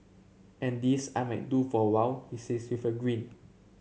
and this I might do for a while he says with a grin